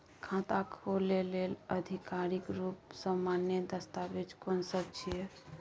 खाता खोले लेल आधिकारिक रूप स मान्य दस्तावेज कोन सब छिए?